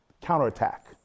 counterattack